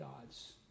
God's